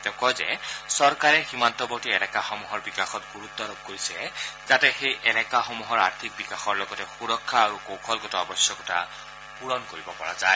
তেওঁ কয় যে চৰকাৰে সীমান্তৱৰ্তী এলেকাসমূহৰ বিকাশত গুৰুত্ব আৰোপ কৰিছে যাতে সেই এলেকাসমূহৰ আৰ্থিক বিকাশৰ লগতে সুৰক্ষা আৰু কৌশলগত আৱশ্যকতা পুৰণ কৰিব পৰা যায়